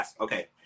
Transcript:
Okay